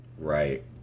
Right